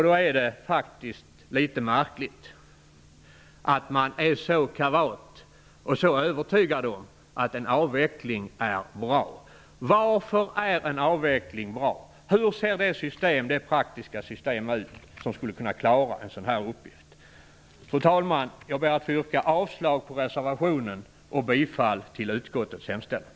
Då är det faktiskt litet märkligt att man är så kavat och så övertygad om att en avveckling är bra. Varför är en avveckling bra? Hur ser det praktiska system ut som skulle kunna klara av en sådan här uppgift? Fru talman! Jag ber att få yrka avslag på reservationen och bifall till utskottets hemställan.